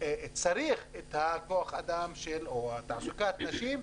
צריך תעסוקת נשים,